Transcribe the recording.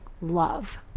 love